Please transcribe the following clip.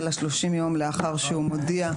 אלא 30 יום לאחר שהוא מודיע,